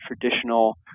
traditional